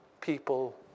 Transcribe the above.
people